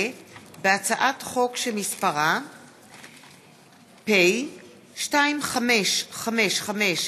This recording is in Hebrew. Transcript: הצעת חוק לתיקון פקודת הרופאים (הרחבת הזכאות להיתר מוגבל),